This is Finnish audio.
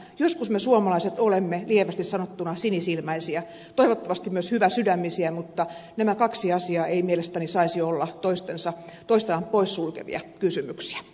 joskus me suomalaiset olemme lievästi sanottuna sinisilmäisiä toivottavasti myös hyväsydämisiä mutta nämä kaksi asiaa eivät mielestäni saisi olla toisensa pois sulkevia kysymyksiä